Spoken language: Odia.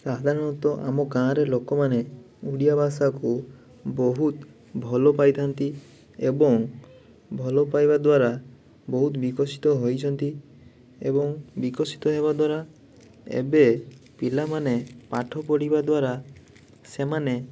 ସାଧାରଣତଃ ଆମ ଗାଁରେ ଲୋକମାନେ ଓଡ଼ିଆ ଭାଷାକୁ ବହୁତ ଭଲ ପାଇଥାନ୍ତି ଏବଂ ଭଲ ପାଇବା ଦ୍ୱାରା ବହୁତ ବିକଶିତ ହୋଇଚନ୍ତି ଏବଂ ବିକଶିତ ହେବା ଦ୍ଵାରା ଏବେ ପିଲାମାନେ ପାଠ ପଢ଼ିବା ଦ୍ଵାରା ସେମାନେ